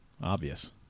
obvious